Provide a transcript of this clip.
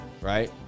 right